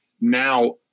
now